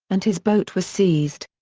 and his boat was seized.